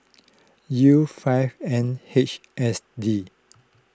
U five N H S D